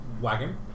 wagon